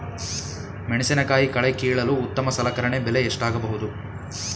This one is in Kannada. ಮೆಣಸಿನಕಾಯಿ ಕಳೆ ಕೀಳಲು ಉತ್ತಮ ಸಲಕರಣೆ ಬೆಲೆ ಎಷ್ಟಾಗಬಹುದು?